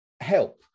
help